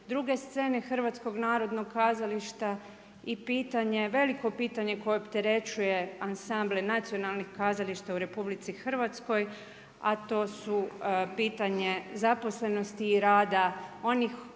druge scene HNK i veliko pitanje koje opterećuje ansamble nacionalnih kazališta u RH. A to su pitanje zaposlenosti i rada onih